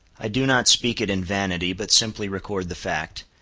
i do not speak it in vanity, but simply record the fact,